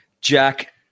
Jack